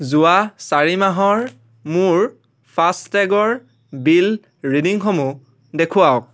যোৱা চাৰি মাহৰ মোৰ ফাষ্টেগৰ বিল ৰিডিংসমূহ দেখুৱাওক